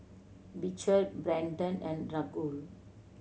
Beecher Brendon and Raquel